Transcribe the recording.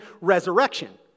resurrection